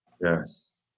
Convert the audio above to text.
yes